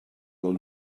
del